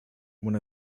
one